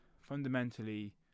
fundamentally